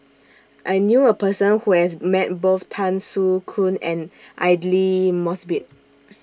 I knew A Person Who has Met Both Tan Soo Khoon and Aidli Mosbit